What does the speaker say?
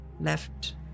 left